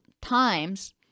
times